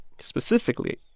specifically